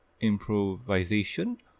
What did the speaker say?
improvisation